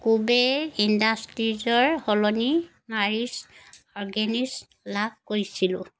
কুবেৰ ইণ্ডাষ্ট্ৰিজৰ সলনি Nourish Organics লাভ কৰিছিলোঁ